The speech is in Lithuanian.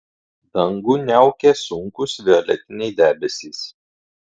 dangų niaukė sunkūs violetiniai debesys